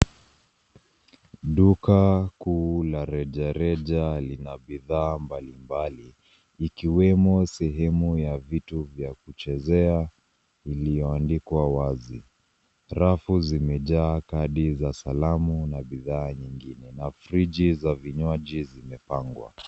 Duka kuu la rejareja lina bidhaa mbalimbali ikiwemo sehemu ya vitu vya kuchezea iliyoandikwa wazi. Rafu zimejaa kadi za salamu na bidhaa nyingine na friji za vinywaji zimepangwa.